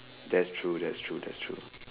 that's true that's true that's true